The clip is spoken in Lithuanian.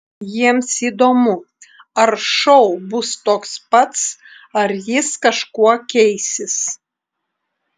jiems įdomu ar šou bus toks pats ar jis kažkuo keisis